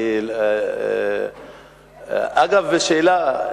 אגב, שאלה,